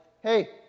Hey